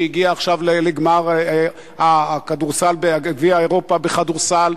שהגיעה עכשיו לגמר גביע אירופה בכדורסל,